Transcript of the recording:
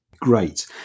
great